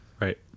right